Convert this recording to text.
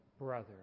brother